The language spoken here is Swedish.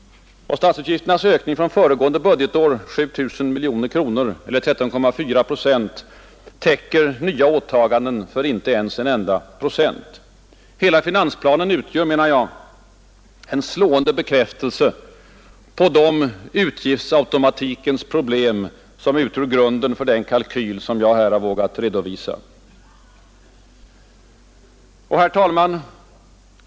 Statsutgifternas ökning föregående budgetår — 7 000 miljoner kronor eller 13,4 procent — täcker nya åtaganden för inte ens en enda procent. Hela finansplanen utgör, menar jag, en slående bekräftelse på de utgiftsautomatikens problem som utgör grunden för den kalkyl jag här har vågat redovisa.